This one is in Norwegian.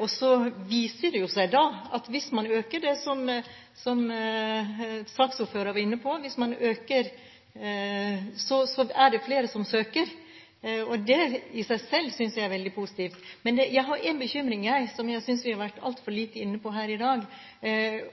Og så viser det seg at hvis man øker det, som saksordføreren var inne på, er det flere som søker. Det i seg selv synes jeg er veldig positivt. Men jeg har én bekymring, som jeg synes vi har vært altfor lite inne på her i dag,